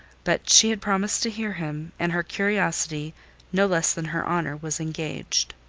but she had promised to hear him, and her curiosity no less than her honor was engaged.